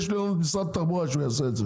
יש לנו את משרד התחבורה שהוא יעשה את זה.